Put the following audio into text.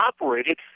operated